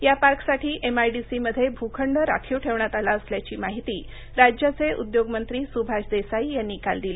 या पार्कसाठी एमआयडीसीमध्ये भूखंड राखीव ठेवण्यात आला असल्याची माहिती राज्याचे उद्योगमंत्री सुभाष देसाई यांनी काल दिली